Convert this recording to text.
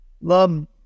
love